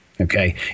Okay